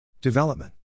Development